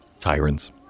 Tyrants